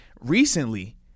recently